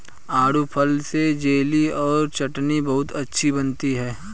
आड़ू फल से जेली और चटनी बहुत अच्छी बनती है